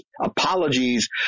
apologies